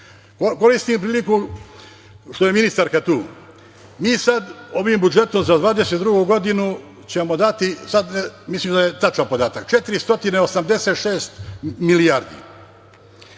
pričam. Koristim priliku što je ministarka tu, mi sad ovim budžetom za 2022. godinu ćemo dati 486 milijardi,